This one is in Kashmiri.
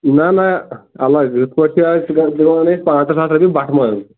نہ نہ الگ یِتھٕ پٲٹھۍ چھِ أسۍ گۅڈٕ دِوان أسۍ پانٛژن ساسن یہِ بٹھٕ منٛزٕ